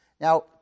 Now